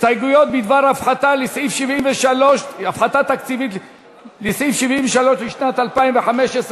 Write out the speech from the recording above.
הסתייגויות בדבר הפחתה תקציבית לסעיף 73 לשנת 2015,